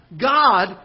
God